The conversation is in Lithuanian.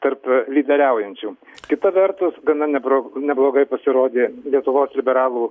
tarp lyderiaujančių kita vertus gana nebrog neblogai pasirodė lietuvos liberalų